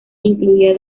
incluía